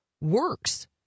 works